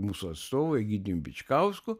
mūsų atstovu egidijum bičkausku